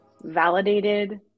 validated